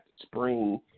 spring